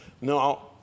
No